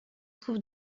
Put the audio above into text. trouve